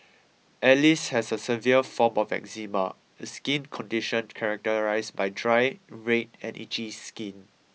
Alice has a severe form of eczema a skin condition characterised by dry red and itchy skin